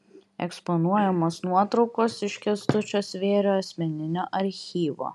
eksponuojamos nuotraukos iš kęstučio svėrio asmeninio archyvo